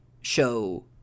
show